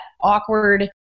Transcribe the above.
awkward